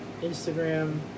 Instagram